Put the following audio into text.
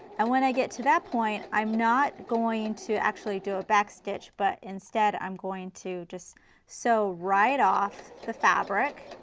and when i get to that point, i'm not going to actually do a back stitch, but instead, i'm going to just sew right off the fabric,